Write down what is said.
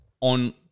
on